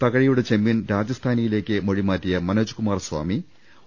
തക ഴിയുടെ ചെമ്മീൻ രാജസ്ഥാനിയിലേക്ക് മൊഴിമാറ്റിയ മനോജ്കുമാർ സ്ഥാമി ഒ